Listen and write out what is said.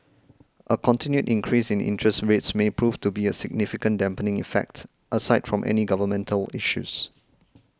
a continued increase in interest rates may prove to be of significant dampening effect aside from any governmental issues